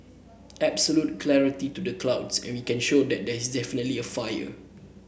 absolute clarity through the clouds and we can show that there is definitely a fire